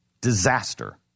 Disaster